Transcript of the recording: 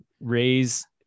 raise